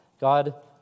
God